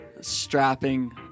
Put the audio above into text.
strapping